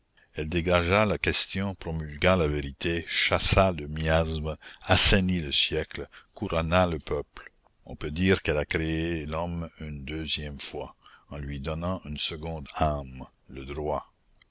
la question promulgua la vérité chassa le miasme assainit le siècle couronna le peuple on peut dire qu'elle a créé l'homme une deuxième fois en lui donnant une seconde âme le droit